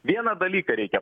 vieną dalyką reikia